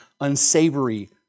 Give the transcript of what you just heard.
unsavory